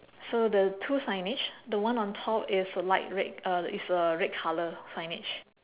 so the two signage the one on top is light red uh is a red colour signage